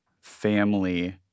family